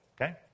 Okay